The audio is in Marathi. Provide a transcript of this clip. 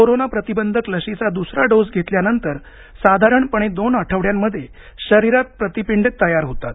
कोरोना प्रतिबंधक लशीचा द्सरा डोस घेतल्यानंतर साधारणपणे दोन आठवड्यांमध्ये शरीरात प्रतिपिंडे तयार होतात